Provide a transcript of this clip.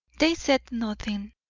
they said nothing,